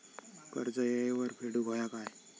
कर्ज येळेवर फेडूक होया काय?